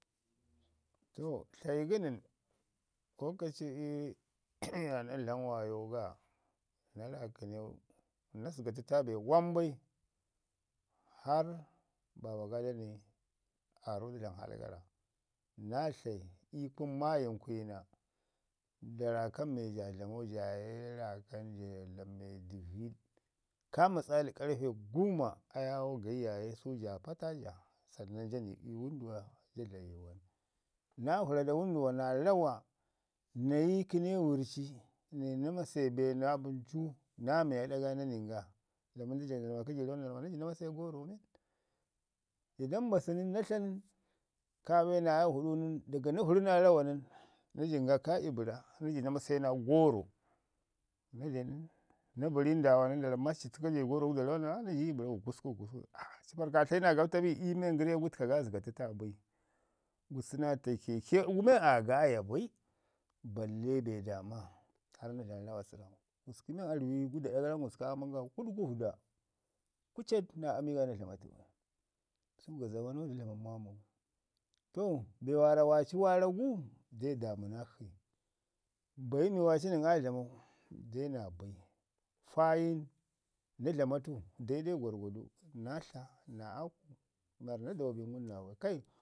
to tlayi gənən wokaci ii na dlamu wayo ga na raakəneu na zəga təta be wambai hara baba ga da nai aarro da dlamu hal gara. Na tlai ii kunu maayimkwina da raakan mi ja dlamau a ye raakan ja dlame dəviɗ, ka misali karfe guuma ayawo gayi yaaye su ja pata ja samman ja ni ii wənduwa ja dlami yuwan. Na vəra da wəndu wa naa rawa, nayi kənewurrci nayi naamase be mi nancu, naa me ada ga na nən ga, dlamən da jayo yu maa "kaji rawan", na ramma napiju na mase goro men. Ja da mbasu mən, na tla nən kaa benaya vəɗu nən, daga na vəri naa rawa nən na jin ka ibəra na mase naa gorro. Na den na bari ndaawa nən da ramma "ci təku ka be forro gu da rawan?" Ah naji ibəra gusuku "Ap ci parr ka tlayi naa gabta bi?" iyu men gərre gu təka zəga təto bai, gusku səna tai keke gu men aa gaaya bai balle be daama, harr na dlami rawa sərram. Gusku men rəwi gu da ɗa gara men gusku aaman ga kuɗkufda, kucet naa ami ga naa dlama tu bai, su gaja wanau da dlamən maamau. To be waaci waara gu, da daamu nakshi, bayi nən waaci aa dlamau, de naabai. Faayin nda dlama tu daidai gwarrgwado, naatla, naa aaku waarra na dawa bin naabai kai,